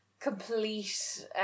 Complete